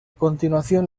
continuación